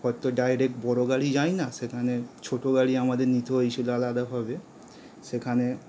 হ্রদ তো ডাইরেক্ট বড় গাড়ি যায় না সেখানে ছোট গাড়ি আমাদের নিতে হয়েছিল আলাদাভাবে সেখানে